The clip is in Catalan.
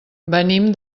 venim